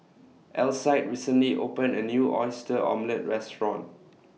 Alcide recently opened A New Oyster Omelette Restaurant